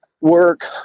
work